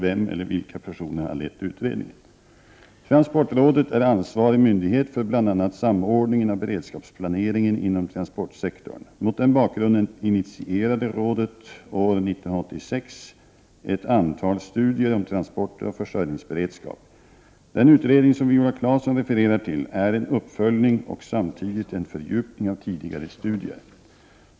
Vem eller vilka personer har lett utredningen? Transportrådet är ansvarig myndighet för bl.a. samordningen av beredskapsplaneringen inom transportsektorn. Mot den bakgrunden initierade rådet år 1986 ett antal studier om transporter och försörjningsberedskap. Den utredning som Viola Claesson refererar till är en uppföljning och samtidigt en fördjupning av tidigare studier.